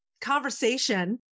conversation